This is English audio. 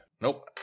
Nope